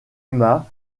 emma